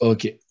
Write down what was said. Okay